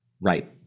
Right